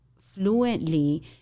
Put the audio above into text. fluently